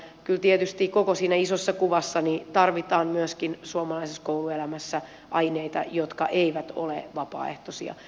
kyllä tietysti koko siinä isossa kuvassa tarvitaan myöskin suomalaisessa kouluelämässä aineita jotka eivät ole vapaaehtoisia